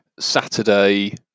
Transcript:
Saturday